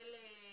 יעל נרדי,